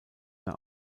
mehr